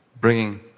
bringing